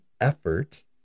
effort